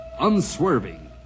Unswerving